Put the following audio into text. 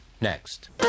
next